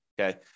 okay